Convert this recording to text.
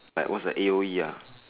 like what's the A_O_E ah